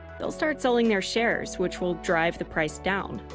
they'll start selling their shares, which will drive the price down.